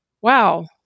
wow